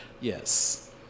Yes